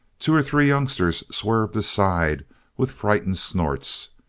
two or three youngsters swerved aside with frightened snorts,